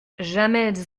jamais